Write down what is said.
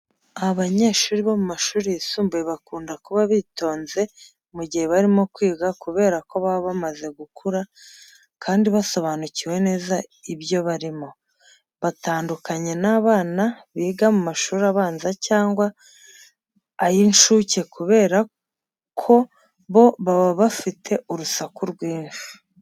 Abanyeshuri bo mu mashuri yisumbuye bakunda kuba bitonze mu gihe barimo kwiga kubera ko baba bamaze gukura kandi basobanukiwe neza ibyo barimo. Batandukanye n'abana biga mu mashuri abanza cyangwa ay'inshuke kubera ko bo baba bafite urusaku rwinshi.